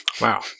Wow